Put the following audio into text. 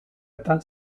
eta